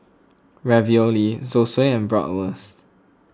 Ravioli Zosui and Bratwurst